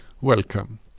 Welcome